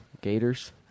gators